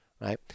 right